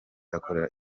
akorera